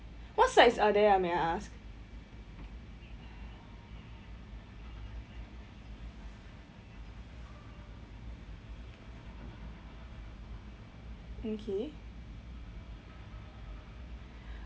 what sides are there ah may I ask okay